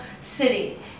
city